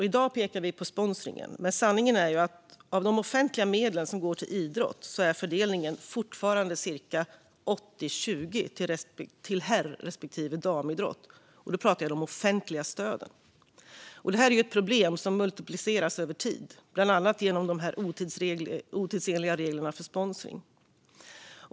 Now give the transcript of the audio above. I dag pekar vi på sponsringen, men sanningen är ju att fördelningen av de offentliga medel som går till idrott fortfarande är cirka 80/20 till herr respektive damidrott - och då pratar jag om de offentliga stöden. Detta är problem som multipliceras över tid, bland annat genom de otidsenliga reglerna för sponsring.